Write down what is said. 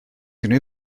unrhyw